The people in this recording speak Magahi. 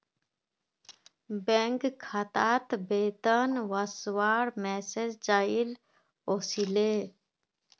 बैंक खातात वेतन वस्वार मैसेज चाइल ओसीले